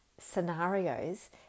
scenarios